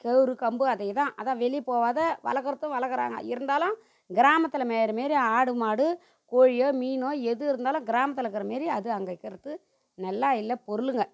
சுவுரு கம்பு அதே தான் அதான் வெளியே போகாத வளர்க்குறதும் வளர்க்குறாங்க இருந்தாலும் கிராமத்தில் மேய்கிற மாரி ஆடு மாடு கோழியோ மீன் எது இருந்தாலும் கிராமத்தில் இருக்கிற மாரி அது அங்கே இருக்கிறது நல்லா இல்லை பொருளுங்க